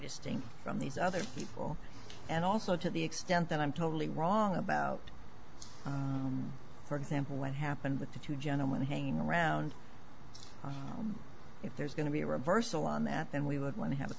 distinct from these other people and also to the extent that i'm totally wrong about for example what happened with the two gentlemen hanging around if there's going to be a reversal on that then we would want to have a